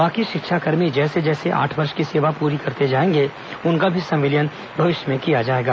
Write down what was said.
बाकी शिक्षाकर्मी जैसे जैसे आठ वर्ष की सेवा पूरी करते जाएंगे उनका भी संविलियन भविष्य में किया जाएगा